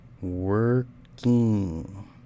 Working